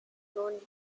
floh